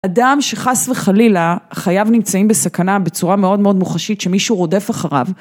אדם שחס וחלילה, חייו נמצאים בסכנה בצורה מאוד מאוד מוחשית שמישהו רודף אחריו